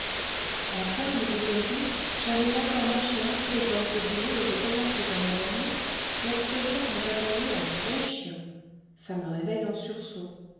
enfin le deuxième jour j'avais encore mâché un peu d'écorce de bouleau et je commençais à m'endormir lorsque j'entends aboyer un gros chien ça me réveille en sursaut